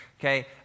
okay